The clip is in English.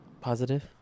Positive